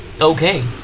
Okay